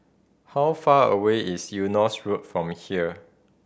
how far away is Eunos Road from here